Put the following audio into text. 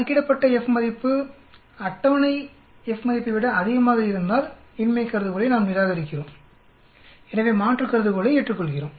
கணக்கிடப்பட்ட F மதிப்பு அட்டவணையை விட அதிகமாக இருந்தால் இன்மை கருதுகோளை நாம் நிராகரிக்கிறோம் எனவே மாற்று கருதுகோளை ஏற்றுக்கொள்கிறோம்